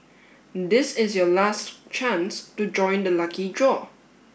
this is your last chance to join the lucky draw